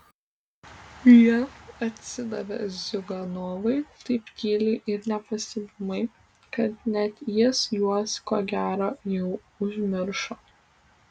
jie atsidavė ziuganovui taip tyliai ir nepastebimai kad net jis juos ko gero jau užmiršo